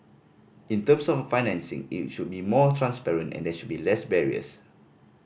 in terms of financing it should be more transparent and there should be less barriers